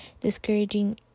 discouraging